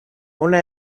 hona